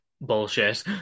bullshit